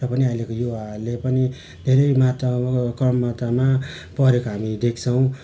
र पनि अहिलेको युवाहरूले पनि धेरै मात्रामा कर्मकामा परेका हामी देख्छौँ